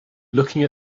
looking